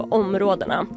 områdena